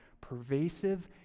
pervasive